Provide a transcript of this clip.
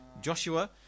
Joshua